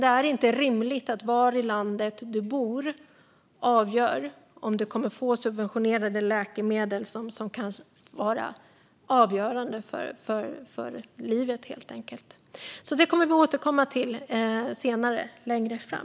Det är inte rimligt att det är var i landet du bor som avgör om du kommer att få subventionerade läkemedel som kan vara livsavgörande. Detta kommer vi alltså att återkomma till längre fram.